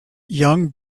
young